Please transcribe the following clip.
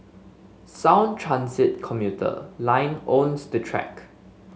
Sound Transit commuter line owns the track